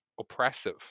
oppressive